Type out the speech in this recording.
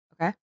okay